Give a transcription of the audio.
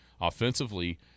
offensively